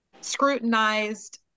scrutinized